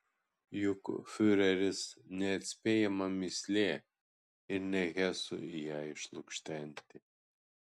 juk fiureris neatspėjama mįslė ir ne hesui ją išlukštenti